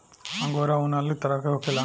angora ऊन अलग तरह के होखेला